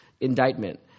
indictment